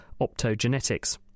optogenetics